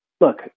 look